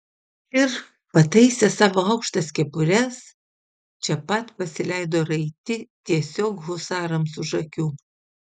ir pataisę savo aukštas kepures čia pat pasileido raiti tiesiog husarams už akių